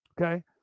Okay